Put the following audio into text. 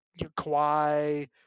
Kawhi